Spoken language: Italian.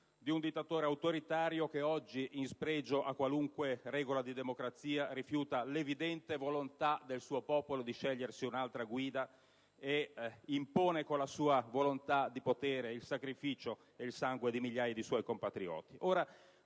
di un dittatore autoritario che oggi, in spregio a qualunque regola di democrazia, rifiuta l'evidente volontà del suo popolo di scegliersi un'altra guida e impone, con la sua volontà di potere, il sacrificio e il sangue a migliaia di suoi compatrioti.